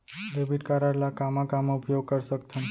Debit card ला कामा कामा उपयोग कर सकथन?